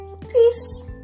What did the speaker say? peace